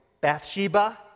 Bathsheba